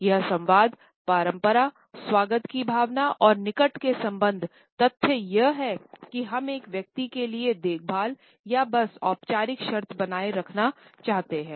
यह संवाद परंपरा स्वागत की भावना और निकट के संबंध तथ्य यह है कि हम एक व्यक्ति के लिए देखभाल या बस औपचारिक शर्त बनाए रखना चाहते हैं